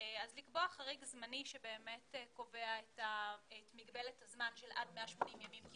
אז לקבוע חריג זמני שקובע את מגבלת הזמן של עד 180 ימים.